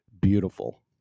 beautiful